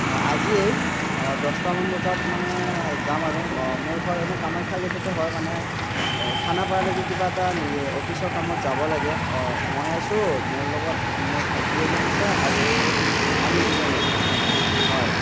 হয় আজিয়েই দচটামান বজাত মানে যাম আৰু মোৰ ঘৰ এনে কামাখ্যা গেটতে হয় মানে খানাপাৰাৰলৈকে কিবা এটা অফিচৰ কামত যাব লাগে মই আছোঁ মোৰ লগত মোৰ ভাইটি এজন আছে আৰু আমি দুজনেই হয়